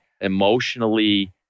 emotionally